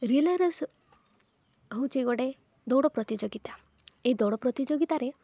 relay race ହେଉଛି ଗୋଟେ ଦୌଡ଼ ପ୍ରତିଯୋଗିତା ଏହି ଦୌଡ଼ ପ୍ରତିଯୋଗିତାରେ